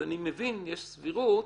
אני מבין שיש סבירות